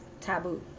taboo